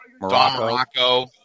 Morocco